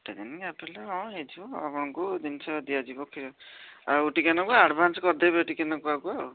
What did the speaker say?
ଗୋଟେ ଦିନ ଗ୍ୟାପ୍ ରହିଲେ ହଁ ହେଇଯିବ ଆପଣଙ୍କୁ ଜିନିଷ ଦିଆଯିବ କ୍ଷୀର ଆଉ ଟିକେ ନାକୁ ଆଡ଼ଭାନ୍ସ କରିଦେବେ ଟିକେ ନାକୁ ଆଗୁଆ ଆଉ